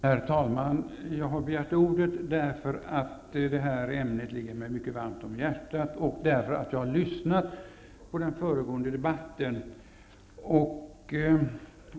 Herr talman! Jag har begärt ordet därför att det här ämnet ligger mig mycket varmt om hjärtat och därför att jag har lyssnat på den föregående debatten.